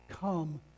come